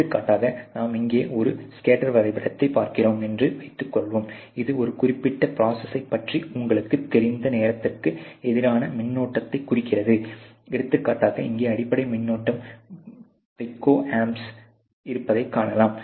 எடுத்துக்காட்டாக நாம் இங்கே ஒரு ஸ்கேட்டர் வரைபடத்தைப் பார்க்கிறோம் என்று வைத்துக்கொள்வோம் இது ஒரு குறிப்பிட்ட ப்ரோசஸ்யைப் பற்றி உங்களுக்குத் தெரிந்த நேரத்திற்கு எதிரான மின்னோட்டத்தைக் குறிக்கிறது எடுத்துக்காட்டாக இங்கே அடிப்படை மின்னோட்டம் பைக்கோ ஆம்ப்ஸில் இருப்பதைக் காணலாம்